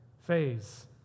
phase